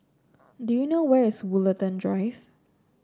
do you know where is Woollerton Drive